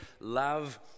love